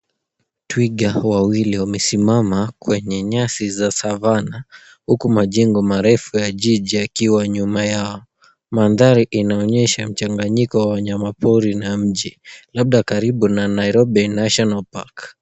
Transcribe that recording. Twiga wawili wamesimama kwenye nyasi za Savannah huku majengo marefu ya jiji yakiwa nyuma yao. Mandhari inoanyesha mchanganyiko wa wanyama pori na mji labda karibu na Nairobi National Park.